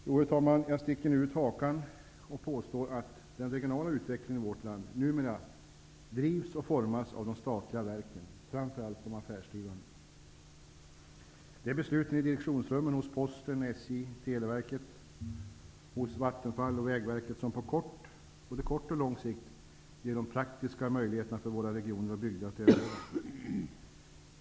Jo, herr talman, jag sticker nu ut hakan och påstår att den regionala utvecklingen i vårt land numera drivs och formas av de statliga verken, framför allt de affärsdrivande! Det är besluten i direktionsrummen hos Posten, SJ, Televerket, Vattenfall och Vägverket som på både kort och lång sikt ger de praktiska möjligheterna för våra regioner och bygder att överleva.